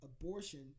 abortion